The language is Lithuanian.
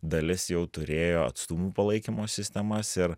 dalis jau turėjo atstumų palaikymo sistemas ir